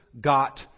got